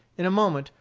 in a moment,